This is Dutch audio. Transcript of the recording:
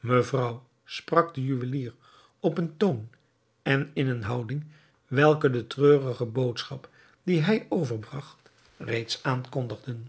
mevrouw sprak de juwelier op een toon en in eene houding welke de treurige boodschap die hij overbragt reeds aankondigden